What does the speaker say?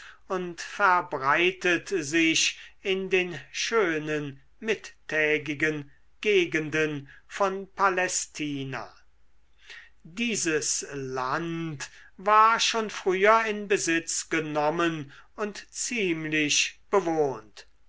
und verbreitet sich in den schönen mittägigen gegenden von palästina dieses land war schon früher in besitz genommen und ziemlich bewohnt